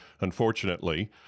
unfortunately